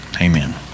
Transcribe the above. Amen